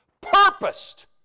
purposed